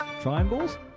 triangles